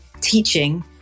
teaching